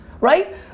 right